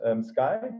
sky